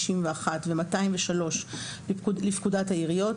191 ו־203 לפקודת העיריות,